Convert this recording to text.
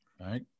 right